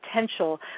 potential